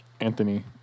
Anthony